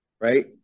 right